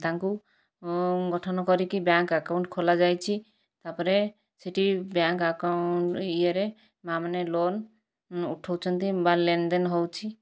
ତାଙ୍କୁ ଗଠନ କରିକି ବ୍ୟାଙ୍କ୍ ଆକାଉଣ୍ଟ ଖୋଲା ଯାଇଛି ତା'ପରେ ସେଠି ବ୍ୟାଙ୍କ୍ ଆକାଉଣ୍ଟ ଇଏରେ ମାଆମାନେ ଲୋନ୍ ଉଠାଉଛନ୍ତି ବା ଲେନ୍ ଦେନ୍ ହେଉଛି